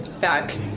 Back